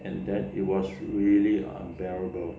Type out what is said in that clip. and then it was really unbearable